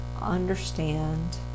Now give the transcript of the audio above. understand